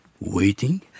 waiting